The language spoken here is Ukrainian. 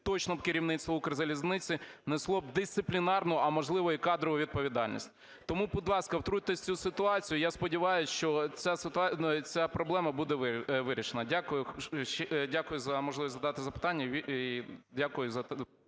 точно б керівництво "Укрзалізниці" несло б дисциплінарно, а можливо, і кадрову відповідальність. Тому, будь ласка, втрутьтесь в цю ситуацію. І я сподіваюсь, що ця проблема буде вирішена. Дякую за можливість задати запитання.